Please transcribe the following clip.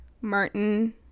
martin